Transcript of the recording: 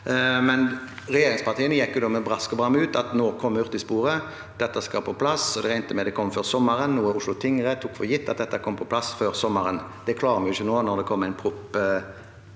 gikk regjeringspartiene med brask og bram ut med at nå kom hurtigsporet, dette skal på plass, og de regnet med at det kom før sommeren, noe Oslo tingrett tok for gitt – at dette kom på plass før sommeren. Det klarer vi jo ikke nå, når det kommer en